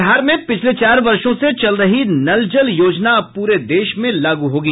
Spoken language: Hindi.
बिहार में पिछले चार वर्षों से चल रही नल जल योजना अब पूरे देश में लागू होगी